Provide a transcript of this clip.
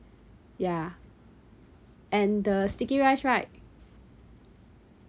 ya and the sticky rice right